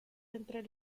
entre